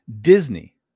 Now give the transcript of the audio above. Disney